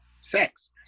sex